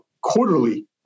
quarterly